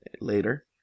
later